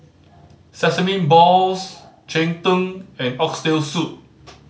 sesame balls cheng tng and Oxtail Soup